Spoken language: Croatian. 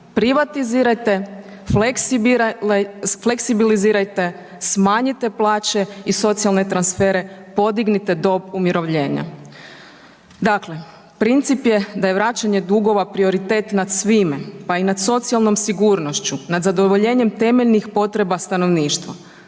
privatizirajte, fleksibilizirajte, smanjite plaće i socijalne transfere podignite do umirovljenja. Dakle, princip je da je vraćanje dugova prioritet nad svime, pa i nad socijalnom sigurnošću, nad zadovoljenjem temeljnih potreba stanovništva.